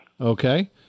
Okay